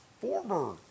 Former